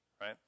right